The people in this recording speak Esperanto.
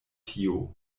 tio